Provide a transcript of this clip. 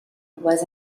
was